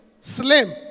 Slim